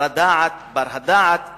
בר-הדעת והאחראי,